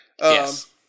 Yes